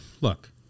look